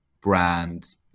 brands